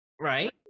right